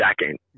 second